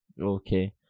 Okay